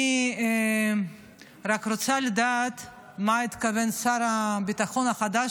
אני רק רוצה לדעת למה התכוון שר הביטחון החדש